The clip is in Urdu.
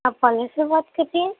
آپ پارلر سے بات کر رہی ہے